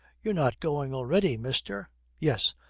you're not going already, mister yes,